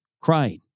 crying